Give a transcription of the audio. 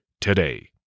today